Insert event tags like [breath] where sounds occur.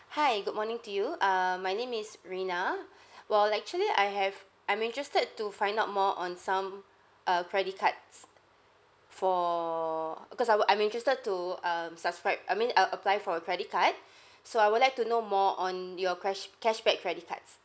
hi good morning to you err my name is rina [breath] well actually I have I'm interested to find out more on some uh credit cards for because I wo~ I'm interested to um subscribe I mean uh apply for a credit card [breath] so I would like to know more on your crash cashback credit cards